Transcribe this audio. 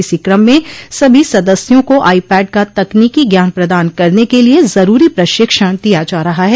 इसी क्रम में सभी सदस्यों को आई पैड का तकनीकी ज्ञान प्रदान करने के लिए जरूरी प्रशिक्षण दिया जा रहा है